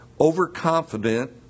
overconfident